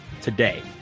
today